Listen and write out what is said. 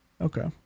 Okay